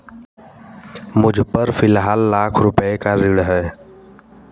मुझपर फ़िलहाल एक लाख रुपये का ऋण है